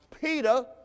Peter